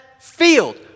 field